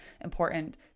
important